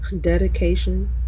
Dedication